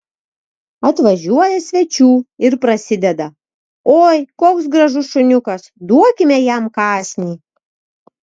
atvažiuoja svečių ir prasideda oi koks gražus šuniukas duokime jam kąsnį